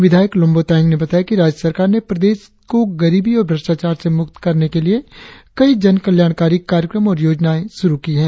विधायक लोम्बो तायेंग ने बताया कि राज्य सरकार ने प्रदेश को गरीबी और भ्रष्टाचार से मुक्त करने के लिए कई जन कल्याणकारी कार्यक्रम और योजनाएं श्रु की है